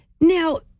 Now